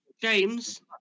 James